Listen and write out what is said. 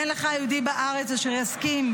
אין לך יהודי בארץ אשר יסכים,